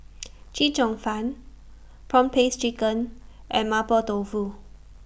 Chee Cheong Fun Prawn Paste Chicken and Mapo Tofu